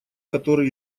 которые